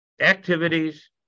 activities